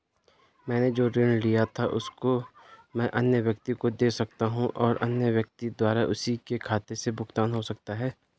मैंने जो ऋण लिया था उसको मैं अन्य व्यक्ति को दें सकता हूँ और अन्य व्यक्ति द्वारा उसी के खाते से भुगतान हो सकता है?